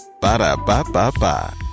Ba-da-ba-ba-ba